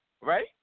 right